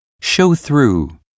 show-through